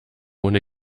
ohne